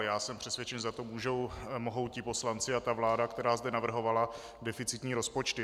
Já jsem přesvědčen, že za to mohou ti poslanci a vláda, která zde navrhovala deficitní rozpočty.